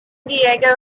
diego